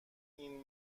این